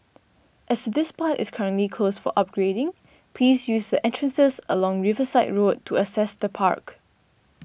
as this part is currently closed for upgrading please use entrances along Riverside Road to access the park